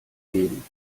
geben